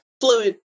fluid